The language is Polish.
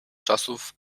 czasów